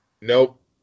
Nope